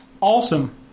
awesome